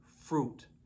fruit